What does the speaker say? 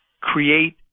create